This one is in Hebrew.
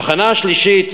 התחנה השלישית,